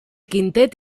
quintet